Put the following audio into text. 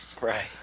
Right